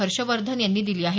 हर्षवर्धन यांनी दिली आहे